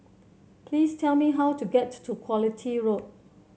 please tell me how to get to Quality Road